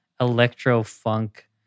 electro-funk